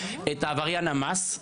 את עבריין המס,